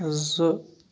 زٕ